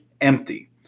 empty